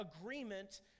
agreement